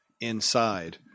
inside